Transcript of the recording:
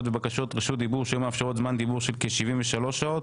ובקשות רשות דיבור שהיו מאפשרות זמן דיבור של כ-73 שעות,